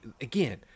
again